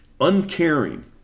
uncaring